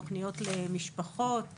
תוכניות למשפחות,